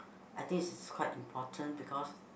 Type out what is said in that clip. I think it's quite important because